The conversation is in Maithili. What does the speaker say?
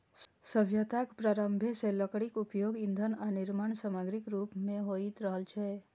सभ्यताक प्रारंभे सं लकड़ीक उपयोग ईंधन आ निर्माण समाग्रीक रूप मे होइत रहल छै